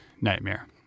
nightmare